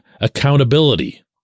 accountability